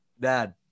Dad